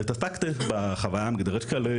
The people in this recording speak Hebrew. התעסקתי בחוויה המגדרית שלי.